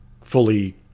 fully